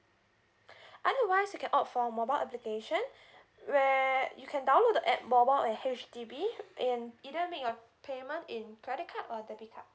otherwise you can opt for mobile application where you can download the app mobile at H_D_B and either make your payment in credit card or debit card